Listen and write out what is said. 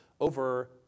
over